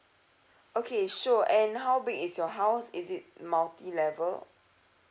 okay sure and how big is your house is it multi level